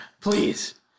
please